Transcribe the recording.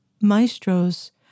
maestros